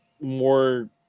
more